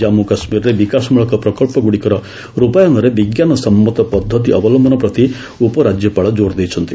ଜନ୍ମୁ କାଶ୍ମୀରରେ ବିକାଶମୂଳକ ପ୍ରକଳ୍ପଗୁଡ଼ିକର ରୂପାୟନରେ ବିଜ୍ଞାନସମ୍ମତ ପଦ୍ଦତି ଅବଲମ୍ଭନ ପ୍ରତି ଉପରାଜ୍ୟପାଳ ଜୋର୍ ଦେଇଛନ୍ତି